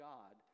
God